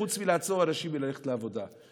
חוץ מלעצור אנשים מללכת לעבודה.